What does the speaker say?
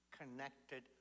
connected